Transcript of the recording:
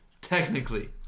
technically